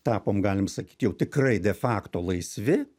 tapom galim sakyt jau tikrai de fakto laisvi